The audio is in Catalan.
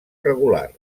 regular